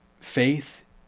Faith